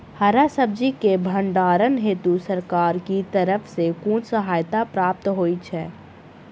हरा सब्जी केँ भण्डारण हेतु सरकार की तरफ सँ कुन सहायता प्राप्त होइ छै?